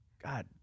God